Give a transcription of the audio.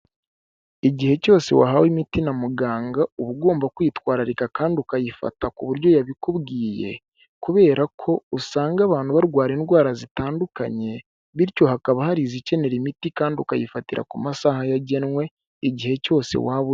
Igihe cyose wahawe imiti na muganga uba ugomba kwitwararika kandi ukayifata ku buryo yabikubwiye kubera ko usanga abantu barwara indwara zitandukanye bityo hakaba hari izikenera imiti kandi ukayifatira ku masaha yagenwe igihe cyose waba uzi....